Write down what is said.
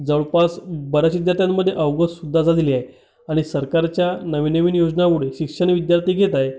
जवळपास बऱ्याच विद्यार्थ्यांमध्ये अवगत सुद्धा झालेली आहे आणि सरकारच्या नवीननवीन योजनामुळे शिक्षण विद्यार्थी घेत आहे